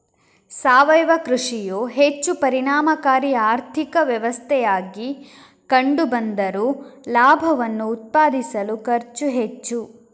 ಸಾವಯವ ಕೃಷಿಯು ಹೆಚ್ಚು ಪರಿಣಾಮಕಾರಿ ಆರ್ಥಿಕ ವ್ಯವಸ್ಥೆಯಾಗಿ ಕಂಡು ಬಂದರೂ ಲಾಭವನ್ನು ಉತ್ಪಾದಿಸಲು ಖರ್ಚು ಹೆಚ್ಚು